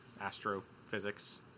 Astrophysics